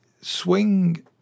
swing